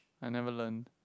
I never learn